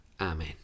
Amen